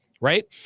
right